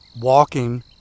walking